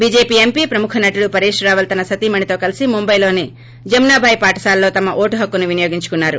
BJP MP ప్రముఖ నటుడు పరేష్ రావల్ తన సతీమణితో కలిసి ముంబాయిలోని జమునాభాయి పాఠశాలలో తమ ఓటు హక్కు వినియోగించుకున్నారు